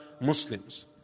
Muslims